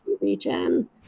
region